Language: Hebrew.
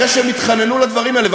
אחרי שהם התחננו לדברים האלה.